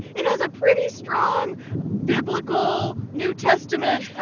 it has a pretty strong biblical, new testament. yeah.